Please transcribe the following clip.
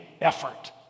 effort